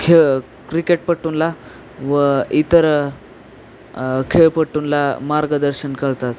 खेळ क्रिकेटपट्टूनला व इतर खेळपट्टूनला मार्गदर्शन करतात